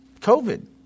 covid